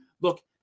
look